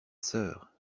sœur